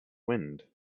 wind